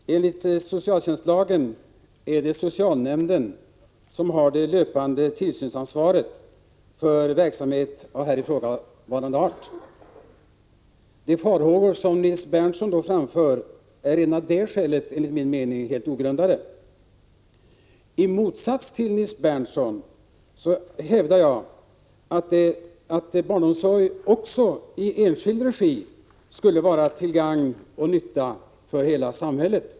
Fru talman! Enligt socialtjänstlagen är det socialnämnden som har det löpande tillsynsansvaret för verksamhet av här ifrågavarande art. De farhågor som Nils Berndtson framför är enligt min mening redan av det skälet helt ogrundade. I motsats till Nils Berndtson hävdar jag att barnomsorg också i enskild regi skulle vara till gagn och nytta för hela samhället.